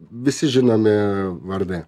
visi žinomi vardai